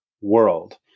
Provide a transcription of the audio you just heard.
world